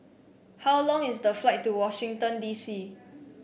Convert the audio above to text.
how long is the flight to Washington D C